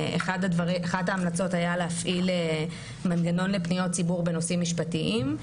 אחת ההמלצות הייתה להפעיל מנגנון לפניות ציבור בנושאים משפטיים,